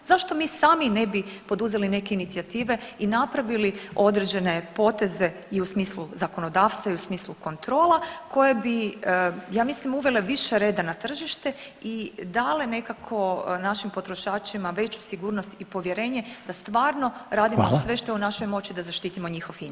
Zašto mi sami ne bi poduzeli neke inicijative i napravili određene poteze i u smislu zakonodavstva i u smislu kontrole koje bi ja mislim uvele više reda na tržište i dale nekako našim potrošačima veću sigurnost i povjerenje da stvarno radimo sve što je u našoj moći da zaštitimo njihov interes.